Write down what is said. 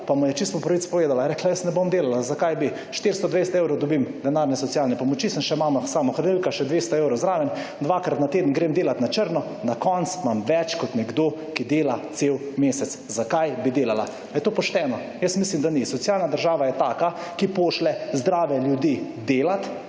pa mu je čisto po pravici povedala, je rekla, jaz ne bom delala. Zakaj bi? 420 evrov dobim denarne socialne pomoči, sem še mama samohranilka, še 200 evrov zraven, dvakrat na teden grem delati na črno, na koncu imam več kot nekdo, ki dela cel mesec. Zakaj bi delala? Ali je to pošteno? Jaz mislim, da ni. Socialna država je taka, ki pošlje zdrave ljudi delati,